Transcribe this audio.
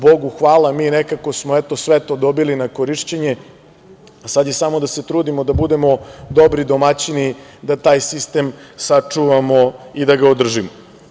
Bogu hvala, mi smo nekako, eto, sve to dobili na korišćenje, sada je samo da se trudimo na budemo dobri domaćini da taj sistem sačuvamo i da ga održimo.